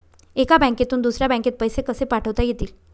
एका बँकेतून दुसऱ्या बँकेत पैसे कसे पाठवता येतील?